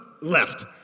Left